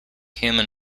human